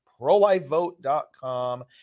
prolifevote.com